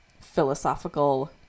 philosophical